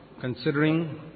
considering